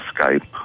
Skype